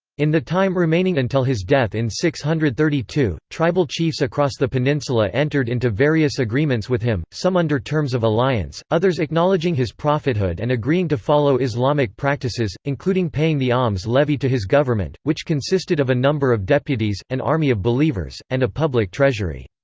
in the time remaining until his death in six hundred and thirty two, tribal chiefs across the peninsula entered into various agreements with him, some under terms of alliance, others acknowledging his prophethood and agreeing to follow islamic practices, including paying the alms levy to his government, which consisted of a number of deputies, an army of believers, and a public treasury.